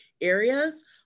areas